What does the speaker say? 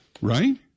Right